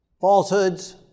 falsehoods